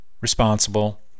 responsible